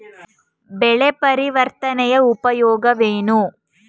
ಬೆಳೆ ಪರಿವರ್ತನೆಯ ಉಪಯೋಗವೇನು?